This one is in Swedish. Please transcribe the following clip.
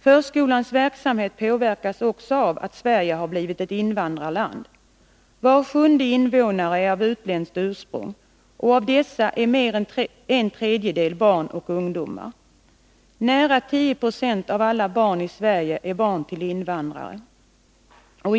Förskolans verksamhet påverkas också av att Sverige har blivit ett invandrarland. Var sjunde invånare är av utländskt ursprung, och av dessa är mer än en tredjedel barn och ungdomar. Nära 10 96 av alla barn i Sverige är barn till invandrare.